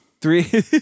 Three